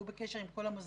והוא בקשר עם כל המוסדות,